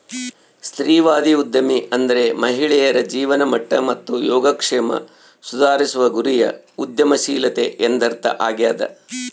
ಸ್ತ್ರೀವಾದಿ ಉದ್ಯಮಿ ಅಂದ್ರೆ ಮಹಿಳೆಯರ ಜೀವನಮಟ್ಟ ಮತ್ತು ಯೋಗಕ್ಷೇಮ ಸುಧಾರಿಸುವ ಗುರಿಯ ಉದ್ಯಮಶೀಲತೆ ಎಂದರ್ಥ ಆಗ್ಯಾದ